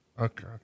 Okay